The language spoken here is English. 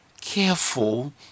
careful